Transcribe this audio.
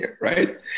right